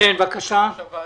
כן, בבקשה.